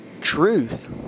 truth